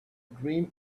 dream